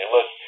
Look